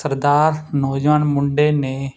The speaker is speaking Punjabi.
ਸਰਦਾਰ ਨੌਜਵਾਨ ਮੁੰਡੇ ਨੇ